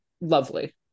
lovely